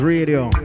Radio